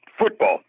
Football